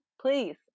please